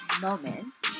moments